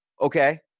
Okay